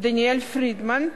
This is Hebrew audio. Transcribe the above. דניאל פרידמן,